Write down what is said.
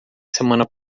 semana